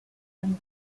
and